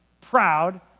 proud